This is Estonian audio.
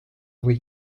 või